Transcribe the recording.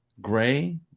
gray